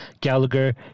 Gallagher